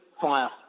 Fire